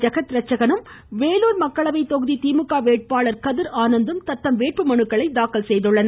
ஜெகத்ரட்சகனும் வேலுார் மக்களவை தொகுதி திமுக வேட்பாளர் கதிர் ஆனந்தும் தத்தம் வேட்புமனுக்களை தாக்கல் செய்தனர்